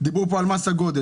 דיברו פה על מס הגודש,